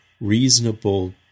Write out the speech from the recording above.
reasonable